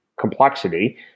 complexity